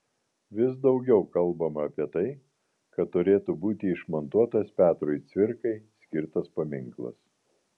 vis daugiau kalbama apie tai kad turėtų būti išmontuotas petrui cvirkai skirtas paminklas